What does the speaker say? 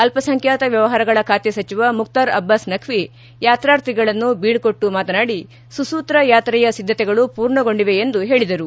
ಅಲ್ಪಸಂಬ್ಲಾತ ವ್ಣವಹಾರಗಳ ಬಾತೆ ಸಚಿವ ಮುಕ್ತಾರ್ ಅಬ್ಲಾಸ್ ನಖ್ವಿ ಯಾತ್ರಾತ್ರಿಗಳನ್ನು ಬೀಳ್ಕೊಟ್ಟು ಮಾತನಾಡಿ ಸುಸೂತ್ರ ಯಾತ್ರೆಯ ಸಿದ್ದತೆಗಳು ಪೂರ್ಣಗೊಂಡಿವೆ ಎಂದು ಹೇಳಿದರು